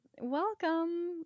Welcome